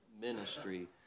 ministry